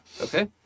Okay